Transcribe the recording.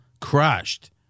crushed